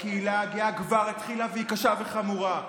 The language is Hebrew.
בקהילה הגאה כבר התחילה, והיא קשה וחמורה.